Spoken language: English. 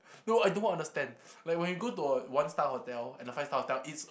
no I don't understand like when you go to a one star hotel and a five star hotel it's